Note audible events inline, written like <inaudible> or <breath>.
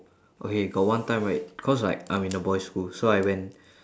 okay got one time right cause like I'm in a boys' school so I went <breath>